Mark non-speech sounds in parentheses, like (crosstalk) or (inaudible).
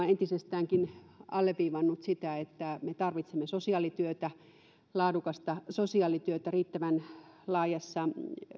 (unintelligible) entisestäänkin alleviivannut sitä että me tarvitsemme laadukasta sosiaalityötä riittävän laajassa